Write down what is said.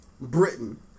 Britain